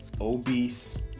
obese